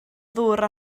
ddŵr